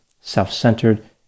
self-centered